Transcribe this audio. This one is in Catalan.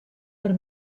per